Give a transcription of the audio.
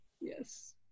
Yes